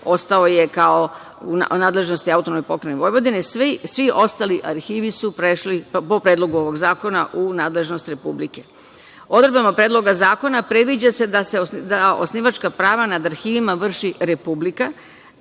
ostao je u nadležnosti AP Vojvodine. Svi ostali arhivi su prešli po predlogu ovog zakona u nadležnost Republike. Odredbama Predloga zakona predviđa se da osnivačka prava nad arhivima vrši Republika